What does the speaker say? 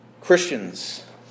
Christians